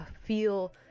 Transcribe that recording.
feel